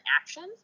actions